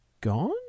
gone